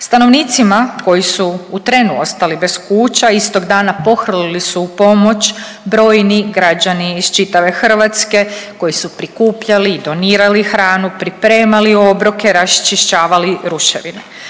Stanovnicima koji su u trenu ostali bez kuća istog dana pohrlili su u pomoć brojni građani iz čitave Hrvatske koji su prikupljali i donirali hranu, pripremali obroke, raščišćavali ruševine.